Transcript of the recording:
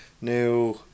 new